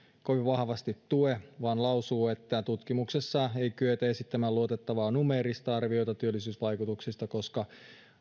kovin vahvasti tue vaan lausuu että tutkimuksessa ei kyetä esittämään luotettavaa numeerista arviota työllisyysvaikutuksista koska